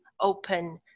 open